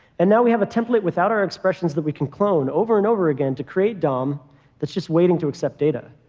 and now, we have a template without our expressions that we can clone over and over again to create dom that's just waiting to accept data.